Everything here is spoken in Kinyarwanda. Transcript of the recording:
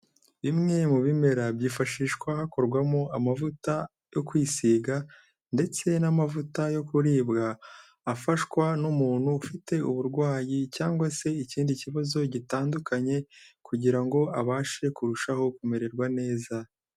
Bimwe mu bimera byifashishwa hakorwamo amavuta yo kwisiga ndetse n'amavuta yo kuribwa afashwa n'umuntu ufite uburwayi cyangwa se ikindi kibazo gitandukanye, kugira ngo abashe kurushaho kumererwa neza.